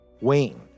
Wayne